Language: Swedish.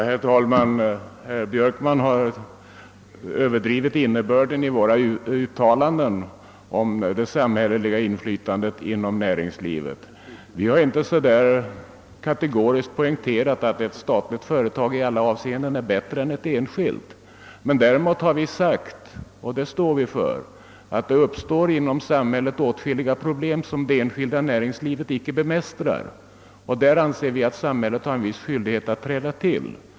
Herr talman! Herr Björkman har överdrivit innebörden i våra uttalanden om det samhälleliga inflytandet inom näringslivet. Vi har inte så kategoriskt poängterat, att ett statligt företag i alla avseenden skulle vara bättre än ett enskilt, men däremot har vi sagt — och det står vi för — att det inom samhället uppstår åtskilliga problem som det enskilda näringslivet icke bemästrar. Där anser vi att samhället har en viss skyldighet att träda till.